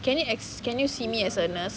can you ex~ can you see me as a nurse